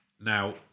Now